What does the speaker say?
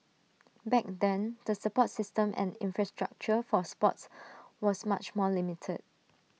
back then the support system and infrastructure for sports was much more limited